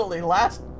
last